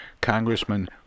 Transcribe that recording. Congressman